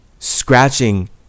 scratching